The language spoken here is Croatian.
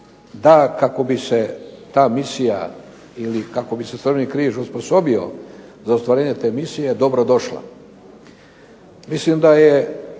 kako bi se ta misija ili kako bi se Crveni križ osposobio za ostvarenje te misije je dobro došla. Mislim da je